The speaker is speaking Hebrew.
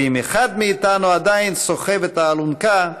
ואם אחד מאיתנו עדיין סוחב את האלונקה,